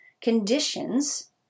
conditions